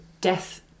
death